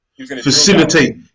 Facilitate